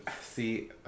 See